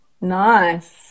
Nice